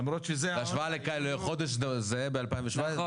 בהשוואה לחודש זהה ב-2019?